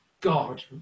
God